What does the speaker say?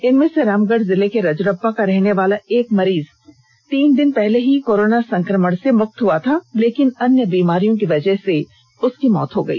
इनमें से रामगढ़ जिले के रजरप्पा का रहने वाला एक मरीज तीन दिन पहले ही कोरोना संक्रमण से मुक्त हुआ था लेकिन अन्य बीमारियों की वजह से उसकी मौत हो गई